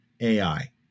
AI